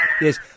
Yes